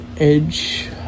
edge